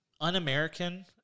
un-American